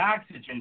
oxygen